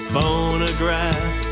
Phonograph